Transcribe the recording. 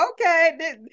Okay